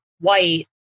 white